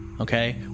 okay